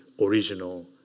original